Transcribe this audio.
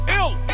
ill